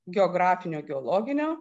geografinio geologinio